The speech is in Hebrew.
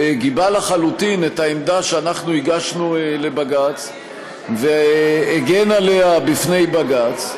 גיבה לחלוטין את העמדה שאנחנו הגשנו לבג"ץ והגן עליה בפני בג"ץ.